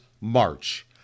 March